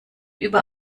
über